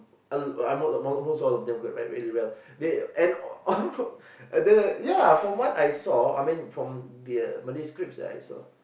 uh I mean almost most of them can write really well they and yeah lah from what I saw I mean from the uh Malay scripts that I saw